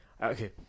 Okay